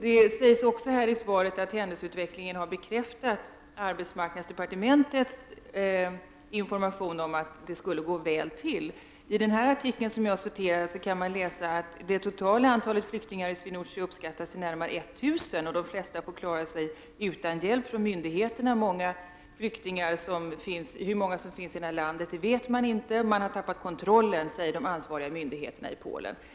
Det står också i svaret att händelseutvecklingen har bekräftat att den information som arbetsmarknadsdepartementet har inhämtat om att det skulle gå väl till stämmer. I den artikel som jag har tagit del av kan man läsa att det totala antalet flyktingar i Swinouj§Sie uppskattas till nära 1000. De flesta får klara sig utan hjälp från myndigheterna. Man vet inte hur många flyktingar som finns i landet, och de ansvariga myndigheterna i Polen säger att man har tappat kontrollen.